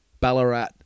Ballarat